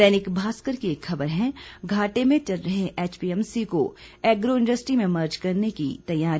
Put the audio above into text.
दैनिक भास्कर की एक खबर है घाटे में चल रहे एचपीएमसी को एग्रो इंडस्ट्री में मर्ज करने की तैयारी